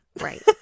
Right